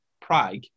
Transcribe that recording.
Prague